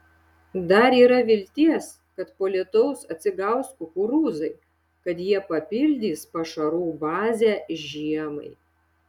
dar yra vilties kad po lietaus atsigaus kukurūzai kad jie papildys pašarų bazę žiemai